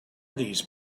these